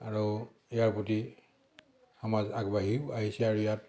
আৰু ইয়াৰ প্ৰতি সমাজ আগবাঢ়িও আহিছে আৰু ইয়াত